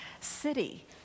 city